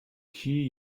key